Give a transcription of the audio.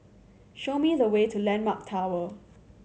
show me the way to Landmark Tower